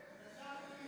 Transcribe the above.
להתבייש.